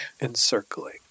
Encircling